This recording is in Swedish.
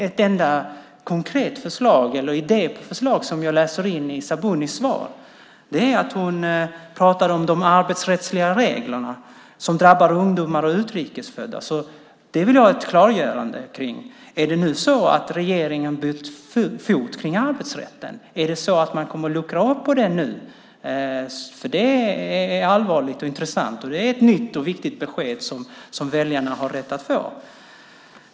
Det enda konkreta förslag jag kan läsa i Sabunis svar är att hon pratar om de arbetsrättsliga reglerna som drabbar ungdomar och utrikes födda. Det vill jag ha ett klargörande om. Har regeringen bytt fot när det gäller arbetsrätten? Kommer man att luckra upp den nu? Detta är allvarligt och intressant och i så fall ett nytt och viktigt besked som väljarna har rätt att få.